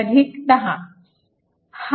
हा 0